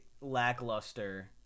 lackluster